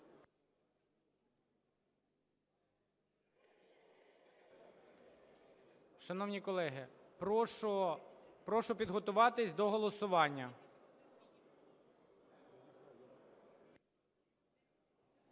Шановні колеги, прошу підготуватись до голосування.